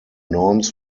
norms